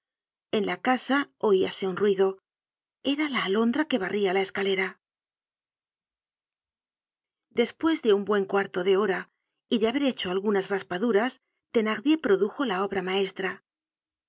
en la casa oíase un ruido era la alondra que barria la escalera despues de un buen cuarto de hora y de haber becbo algunas raspaduras thenardier produjo la obra maestra